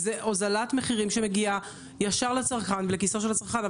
זה הוזלת מחירים שמגיעה ישר לצרכן ולכיסו של הצרכן.